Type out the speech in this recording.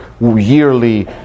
yearly